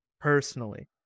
personally